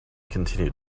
continued